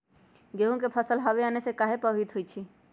गेंहू के फसल हव आने से काहे पभवित होई छई?